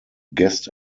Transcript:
guest